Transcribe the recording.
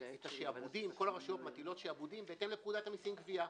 שעבודים וכל הרשויות מטילות שעבודים בהתאם לפקודת המסים (גבייה).